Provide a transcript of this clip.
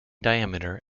diameter